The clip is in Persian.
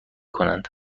کنند